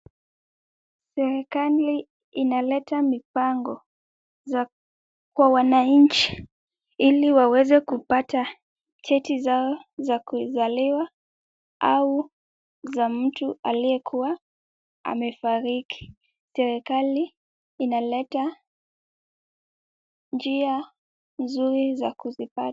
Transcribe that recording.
Serikali inaleta mipango za kwa wananchi, ili waweze kupata cheti zao za kuzaliwa au za mtu aliyekuwa amefariki. Serikali inaleta njia nzuri za kuzipata.